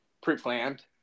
pre-planned